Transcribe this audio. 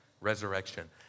resurrection